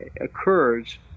occurs